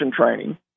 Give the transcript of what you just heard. training